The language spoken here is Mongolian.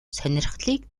сонирхлыг